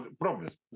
problems